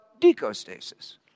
decostasis